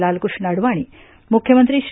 लालकृष्ण अडवाणी मुख्यमंत्री श्री